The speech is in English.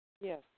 Yes